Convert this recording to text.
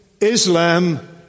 Islam